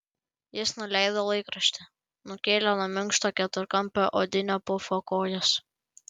jis nuleido laikraštį nukėlė nuo minkšto keturkampio odinio pufo kojas